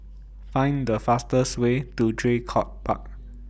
Find The fastest Way to Draycott Park